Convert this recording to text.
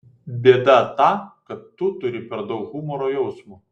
bėda ta kad tu turi per daug humoro jausmo